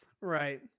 right